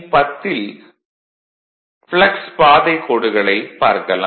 10 ல் ப்ளக்ஸ் பாதை கோடுகளைப் பார்க்கலாம்